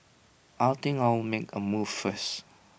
I'll think I'll make A move first